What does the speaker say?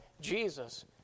Jesus